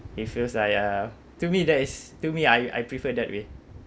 it feels like uh to me that is to me I I prefer that way